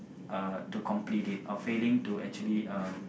uh to complete it or failing to actually um